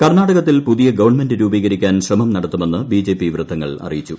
കർണാടത്തിൽ പുതിയ ഗവൺമെന്റ് രൂപീകരിക്കാൻ ശ്രമം നടത്തുമെന്ന് ബിജെപി വൃത്തങ്ങൾ അറിയിച്ചു